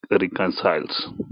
reconciles